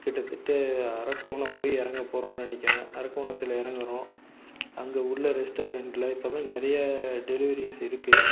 கிட்டத்தட்ட அரக்கோணம் போய் இறங்கப் போறோன்னு நினைக்கிறேன் அரக்கோணத்தில் இறங்குறோம் அங்கே உள்ள ரெஸ்டாரண்ட்டில் இப்போதான் நிறைய டெலிவரிஸ் இருக்குது